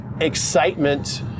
excitement